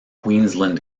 queensland